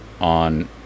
on